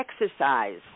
exercise